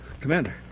Commander